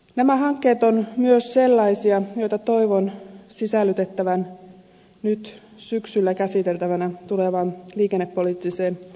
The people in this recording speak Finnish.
nämä hankkeet on myös sellaisia joita toivon sisällytettävän nyt syksyllä käsiteltäväksi tulevaan liikennepoliittiseen selontekoon